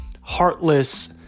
heartless